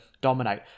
dominate